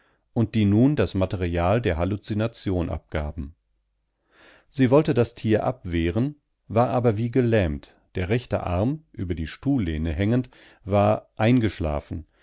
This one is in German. und die nun das material der halluzination abgaben sie wollte das tier abwehren war aber wie gelähmt der rechte arm über die stuhllehne hängend war eingeschlafen